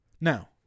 now